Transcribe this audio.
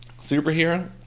Superhero